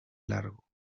largo